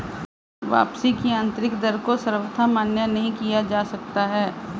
वापसी की आन्तरिक दर को सर्वथा मान्य नहीं किया जा सकता है